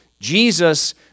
Jesus